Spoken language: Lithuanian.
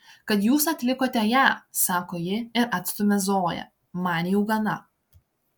kad jūs atlikote ją sako ji ir atstumia zoją man jau gana